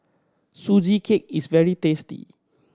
Sugee Cake is very tasty